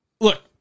look